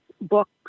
book